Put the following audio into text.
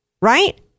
Right